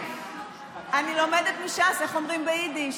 אני לומדת מש"ס איך אומרים ביידיש.